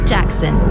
Jackson